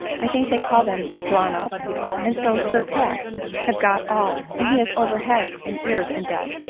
i think they call them, drawn up and so sir pat have got all, and he is over head and ears in debt,